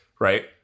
right